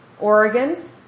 Oregon